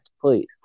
please